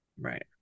Right